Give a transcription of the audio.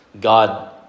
God